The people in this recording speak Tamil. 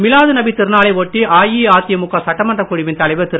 மிலாது நபி திருநாளை ஒட்டி அஇஅதிமுக சட்டமன்றக் குழுவின் தலைவர் திரு